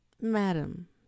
madam